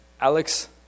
Alex